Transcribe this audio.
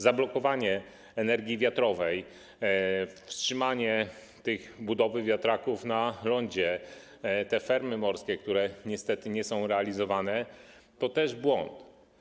Zablokowanie energii wiatrowej, wstrzymanie tej budowy wiatraków na rondzie, te fermy morskie, które niestety nie są realizowane - to też błędy.